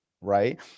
right